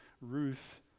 Ruth